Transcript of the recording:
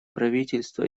правительства